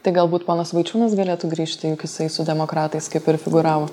tai galbūt ponas vaičiūnas galėtų grįžti juk jisai su demokratais kaip ir figūravo